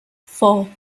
four